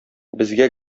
безгә